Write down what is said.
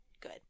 Good